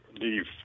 leave